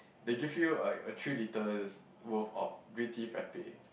they give you like a three litres worth of green tea frappe